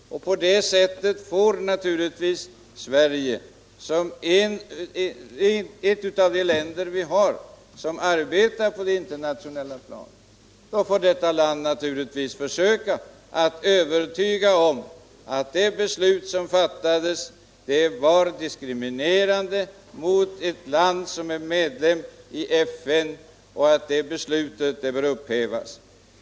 Sverige får naturligtvis, som ett av de länder som arbetar på det internationella planet, försöka övertyga om att det beslut som fattades var diskriminerande mot ett land som är medlem i FN och att det beslutet bör upphävas.